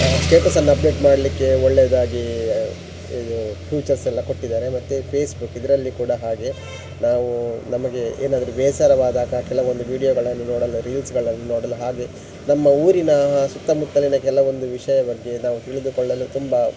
ಸ್ಟೆಟಸನ್ನ update ಮಾಡಲಿಕ್ಕೆ ಒಳ್ಳೆದಾಗಿ ಇದು ಫೀಚರ್ಸೆಲ್ಲ ಕೊಟ್ಟಿದ್ದಾರೆ ಮತ್ತು ಫೇಸ್ಬುಕ್ ಇದರಲ್ಲಿ ಕೂಡ ಹಾಗೆ ನಾವು ನಮಗೆ ಏನಾದರೂ ಬೇಸರವಾದಾಗ ಕೆಲವೊಂದು ವೀಡಿಯೋಗಳನ್ನು ನೋಡಲು ರೀಲ್ಸ್ಗಳನ್ನು ನೋಡಲು ಹಾಗೇ ನಮ್ಮ ಊರಿನ ಹ ಸುತ್ತಮುತ್ತಲಿನ ಕೆಲವೊಂದು ವಿಷಯ ಬಗ್ಗೆ ನಾವು ತಿಳಿದುಕೊಳ್ಳಲು ತುಂಬ